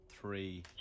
Three